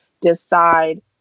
decide